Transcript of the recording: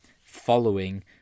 following